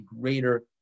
greater